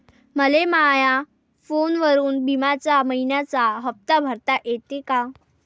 मले माया फोनवरून बिम्याचा मइन्याचा हप्ता भरता येते का?